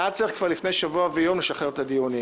היה צריך כבר לפני שבוע ויום לשחרר את הדיונים.